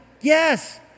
Yes